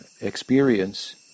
experience